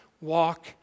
walk